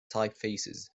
typefaces